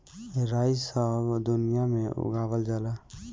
राई सब दुनिया में उगावल जाला